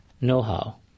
know-how